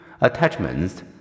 attachments